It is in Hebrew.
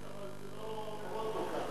לא חטא אבל לא כבוד כל כך.